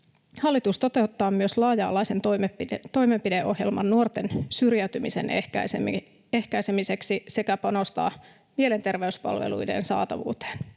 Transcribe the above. Hallitus toteuttaa myös laaja-alaisen toimenpideohjelman nuorten syrjäytymisen ehkäisemiseksi sekä panostaa mielenterveyspalveluiden saatavuuteen.